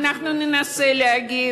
אנחנו ננסה להגיב.